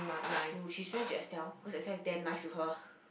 true she's friends with Estelle because Estelle is damn nice to her